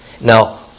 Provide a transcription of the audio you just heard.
Now